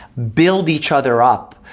build each other up,